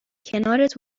کنارت